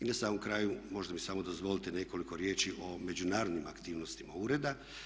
I na samom kraju možda mi samo dozvolite nekoliko riječi o međunarodnim aktivnostima ureda.